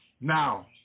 Now